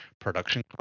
production